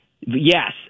Yes